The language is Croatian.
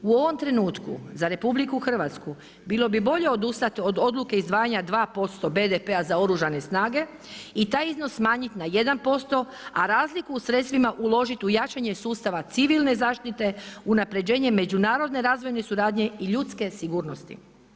U ovom trenutku za RH bilo bi bolje odustati od odluke izdvajanja 2% BDP-a za Oružane snage i taj iznos smanjiti na 1%, a razliku sredstvima uložiti u jačanju sustava civilne zaštite, unapređenje međunarodne razvojne suradnje i ljudske sigurnosti.